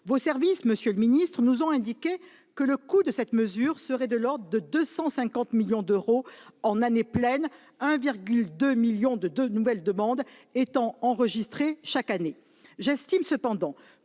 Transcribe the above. Vos services, monsieur le ministre, nous ont indiqué que le coût de cette mesure serait de l'ordre de 250 millions d'euros en année pleine, 1,2 million de nouvelles demandes étant enregistrées chaque année. J'estime cependant